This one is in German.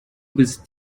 bist